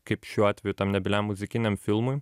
kaip šiuo atveju tam nebyliam muzikiniam filmui